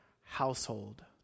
household